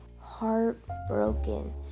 heartbroken